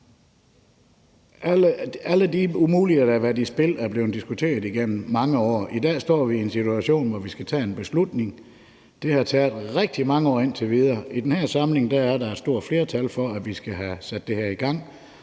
Alle de muligheder, der har været i spil, er blevet diskuteret igennem mange år. I dag står vi en situation, hvor vi skal tage en beslutning. Det har taget rigtig mange år indtil videre. I den her samling er der et stort flertal for, at vi skal have sat det her i gang,